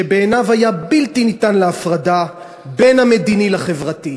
שבעיניו היה בלתי ניתן להפרדה, בין המדיני לחברתי.